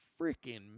freaking